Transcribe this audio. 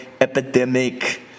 epidemic